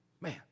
Man